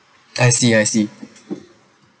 I see I see